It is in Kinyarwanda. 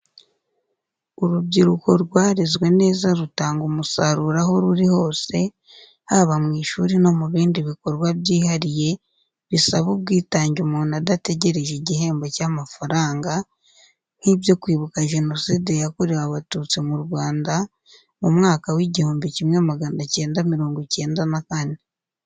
Urubyiruko rwarezwe neza rutanga umusaruro aho ruri hose, haba mu ishuri no mu bindi bikorwa byihariye bisaba ubwitange umuntu adategereje igihembo cy'amafaranga; nk'ibyo kwibuka jenoside yakorewe abatutsi mu Rwanda, mu mwaka w'igihumbi kimwe magana acyenda mirongo icyenda na kane.